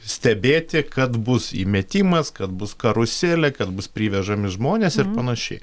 stebėti kad bus įmetimas kad bus karuselė kad bus privežami žmonės ir panašiai